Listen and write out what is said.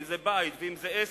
אם בית ואם עסק,